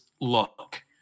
look